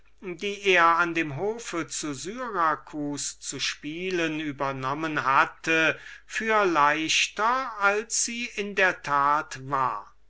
die er an dem hofe zu syracus zu spielen übernommen hatte für leichter als sie in der tat war